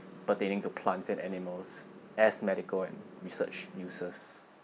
pertaining to plants and animals as medical and research uses